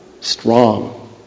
strong